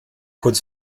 kurz